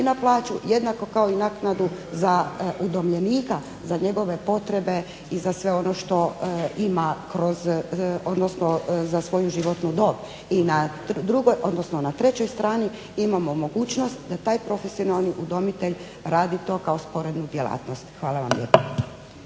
na plaću jednako kao naknadu za udomljenika za njegove potrebe i za svoju životnu dob. I na trećoj strani imamo mogućnost da taj profesionalni udomitelj radi to kao sporednu djelatnost. Hvala vam lijepa.